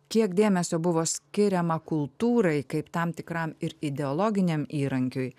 kiek dėmesio buvo skiriama kultūrai kaip tam tikram ir ideologiniam įrankiui